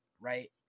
right